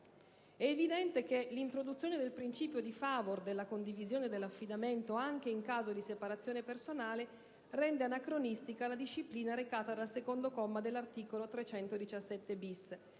È evidente che l'introduzione del principio di *favor* della condivisione dell'affidamento, anche in caso di separazione personale, rende anacronistica la disciplina recata dal secondo comma dell'articolo 317-*bis*